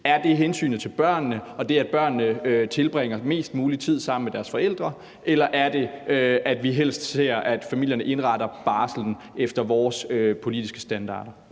Er det hensynet til børnene og det, at børnene tilbringer mest mulig tid sammen med deres forældre, eller er det, at familierne indretter barslen efter vores politiske standarder?